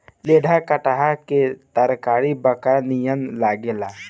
लेढ़ा कटहल के तरकारी बकरा नियन लागेला